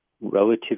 relative